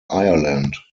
ireland